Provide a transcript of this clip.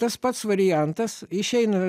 tas pats variantas išeina